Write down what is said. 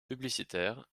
publicitaire